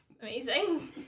Amazing